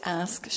ask